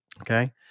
okay